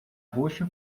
roxa